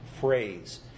phrase